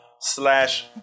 slash